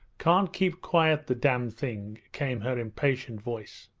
can't keep quiet, the damned thing came her impatient voice,